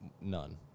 None